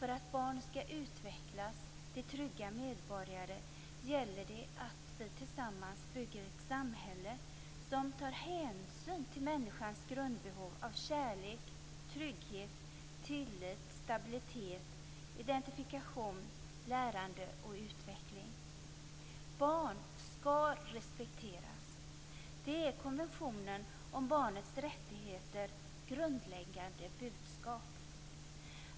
För att barn skall utvecklas till trygga medborgare gäller det att vi tillsammans bygger ett samhälle som tar hänsyn till människans grundbehov av kärlek, trygghet, tillit, stabilitet, identifikation, lärande och utveckling. Barn skall respekteras. Det är det grundläggande budskapet i konventionen om barnets rättigheter.